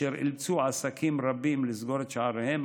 אשר אילצו עסקים רבים לסגור את שעריהם,